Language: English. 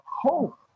hope